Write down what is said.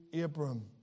Abram